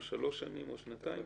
או שלוש שנים או שנתיים